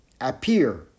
appear